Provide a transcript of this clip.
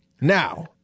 Now